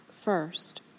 first